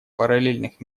параллельных